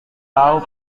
tahu